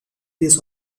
this